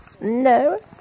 No